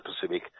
Pacific